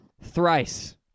thrice